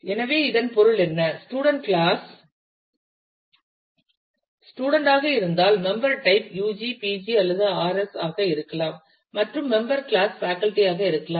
எனவே இதன் பொருள் என்ன ஸ்டூடண்ட் கிளாஸ் ஸ்டூடண்ட் ஆக இருந்தால் மெம்பர் டைப் ug pg அல்லது rs ஆக இருக்கலாம் மற்றும் மெம்பர் கிளாஸ் பேக்கல்டி ஆக இருக்கலாம்